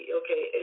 okay